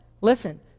listen